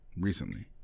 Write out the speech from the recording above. recently